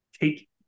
take